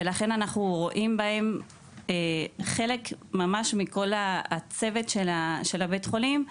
ולכן אנחנו רואים בהם חלק ממש מכל הצוות של בית החולים.